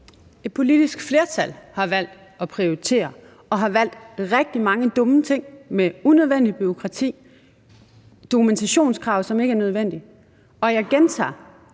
Et politisk flertal har valgt at prioritere og har valgt rigtig mange dumme ting med unødvendigt bureaukrati, dokumentationskrav, som ikke er nødvendige. Og jeg gentager: